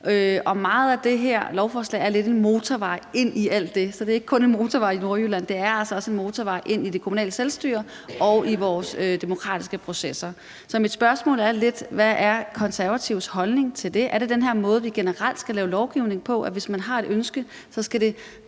Meget af det her lovforslag er lidt en motorvej ind i alt det – så det er ikke kun en motorvej i Nordjylland, det er altså også en motorvej ind i det kommunale selvstyre og i vores demokratiske processer. Så mit spørgsmål er: Hvad er Konservatives holdning til det? Er det den her måde, vi generelt skal lave lovgivning på, altså at hvis man har et ønske, skal det